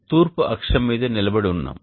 మనం తూర్పు అక్షం మీద నిలబడి ఉన్నాము